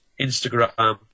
Instagram